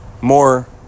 more